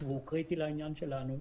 והוא קריטי לעניין שלנו,